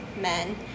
men